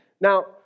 Now